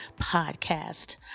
Podcast